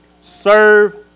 Serve